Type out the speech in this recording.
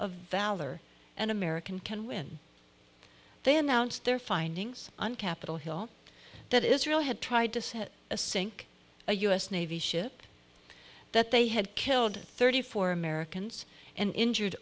of valor an american can win then ounce their findings on capitol hill that israel had tried to set a sink a u s navy ship that they had killed thirty four americans and injured